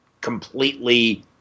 completely